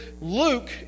Luke